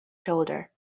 shoulder